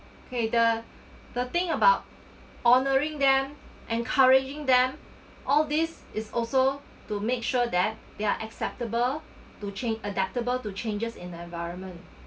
cater the thing about honouring them encouraging them all this is also to make sure that they're acceptable to change adaptable to changes in the environment